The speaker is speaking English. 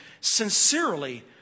sincerely